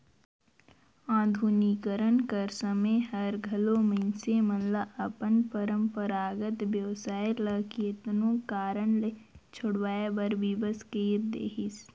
आधुनिकीकरन कर समें हर घलो मइनसे मन ल अपन परंपरागत बेवसाय ल केतनो कारन ले छोंड़वाए बर बिबस कइर देहिस